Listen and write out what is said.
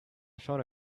found